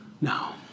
now